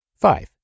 Five